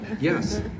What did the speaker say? yes